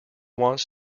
wants